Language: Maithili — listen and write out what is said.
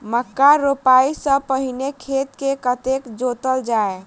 मक्का रोपाइ सँ पहिने खेत केँ कतेक जोतल जाए?